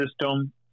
system